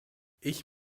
ich